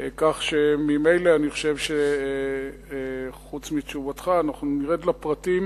כך שממילא אני חושב שחוץ מתשובתך אנחנו נרד לפרטים